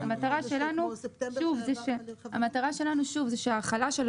המטרה שלנו,